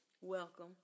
Welcome